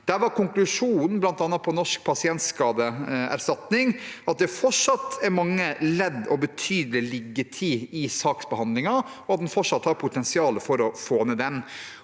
Der var konklusjonen bl.a. for Norsk pasientskadeerstatning at det fortsatt er mange ledd og betydelig liggetid i saksbehandlingen, og at en fortsatt har potensial for å få den ned.